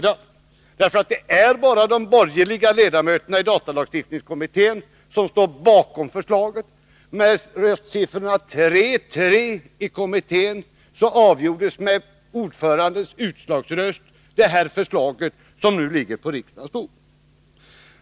Det är nämligen bara de borgerliga ledamöterna i datalagstiftningskommittén som står bakom förslaget. Med röstsiffrorna 3-3 i kommittén avgjordes, med ordförandens utslagsröst, det förslag som nu ligger på riksdagens bord.